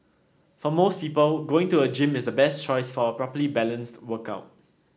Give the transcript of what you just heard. for most people going to a gym is the best choice for a properly balanced workout